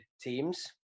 teams